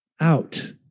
out